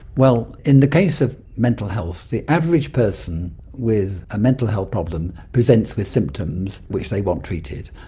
well, in the case of mental health the average person with a mental health problem presents with symptoms which they want treated.